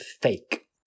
fake